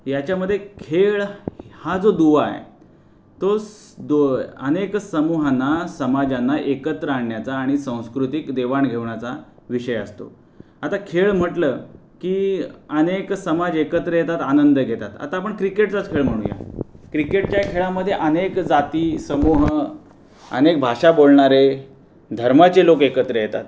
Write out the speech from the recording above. याच्यामध्ये खेळ हा जो दुवा आहे तो दो अनेक समूहांना समाजांना एकत्र आणण्याचा आणि सांस्कृतिक देवाण घेवणाचा विषय असतो आता खेळ म्हटलं की अनेक समाज एकत्र येतात आनंद घेतात आता आपण क्रिकेटचाच खेळ म्हणूया क्रिकेटच्या खेळामध्ये अनेक जाती समूह अनेक भाषा बोलणारे धर्माचे लोक एकत्र येतात